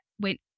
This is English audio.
went